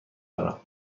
دارم